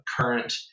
current